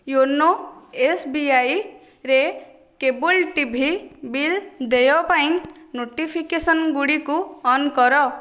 YONO ଏସ୍ବିଆଇରେ cable TV bill ଦେୟ ପାଇଁ ନୋଟିଫିକେସନ୍ଗୁଡ଼ିକୁ ଅନ୍ କର